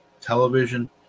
television